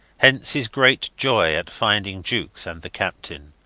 hence his great joy at finding jukes and the captain.